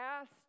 asked